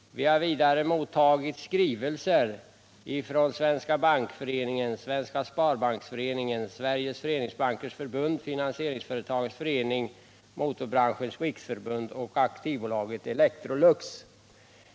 Vi har vidare mottagit skrivelser från Svenska bankföreningen, Svenska sparbanksföreningen, Sveriges föreningsbankers förbund, Finansieringsföretagens förening, Motorbranschens riksförbund och AB Electrolux.